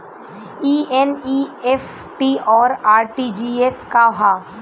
ई एन.ई.एफ.टी और आर.टी.जी.एस का ह?